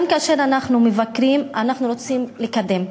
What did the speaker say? גם כאשר אנחנו מבקרים, אנחנו רוצים לקדם.